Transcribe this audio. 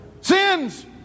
Sins